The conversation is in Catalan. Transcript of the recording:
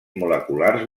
moleculars